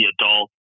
adult